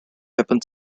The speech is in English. weapon